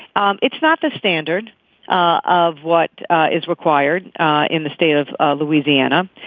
um it's not the standard ah of what is required in the state of ah louisiana.